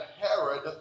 Herod